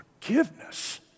forgiveness